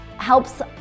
helps